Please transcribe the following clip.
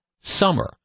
summer